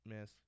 miss